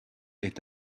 est